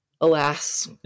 alas